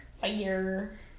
Fire